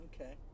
Okay